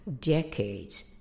decades